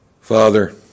Father